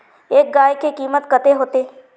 एक गाय के कीमत कते होते?